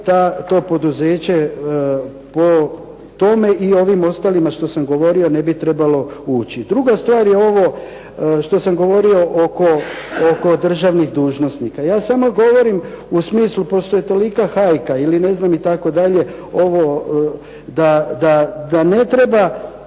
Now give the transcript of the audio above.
to poduzeće po tome i ovim ostalima što sam govorio ne bi trebalo ući. Druga stvar je ovo što sam govorio oko državnih dužnosnika. Ja samo govorim u smislu, postoji tolika hajka ili ne znam itd. da ne treba